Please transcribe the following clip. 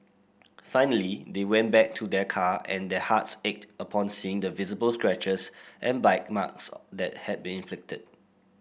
finally they went back to their car and their hearts ached upon seeing the visible scratches and bite marks that had been inflicted